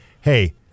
Hey